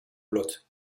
blot